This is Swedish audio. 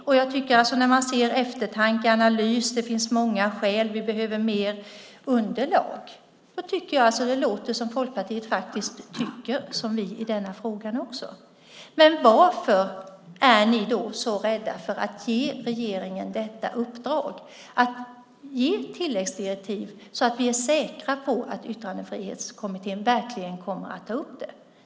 När man hör att det handlar om eftertanke och analys, att det finns många skäl och att vi behöver mer underlag tycker jag att det låter som om Folkpartiet faktiskt tycker som vi i denna fråga också. Varför är ni då så rädda för att ge regeringen i uppdrag att ge tilläggsdirektiv så att vi är säkra på att Yttrandefrihetskommittén verkligen tar upp detta?